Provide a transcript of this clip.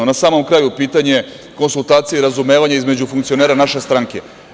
Na samom kraju pitanje konsultacija, razumevanje između funkcionera naše stranke.